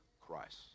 Christ